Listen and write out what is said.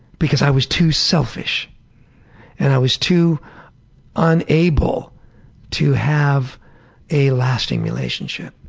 because i was too selfish and i was too unable to have a lasting relationship.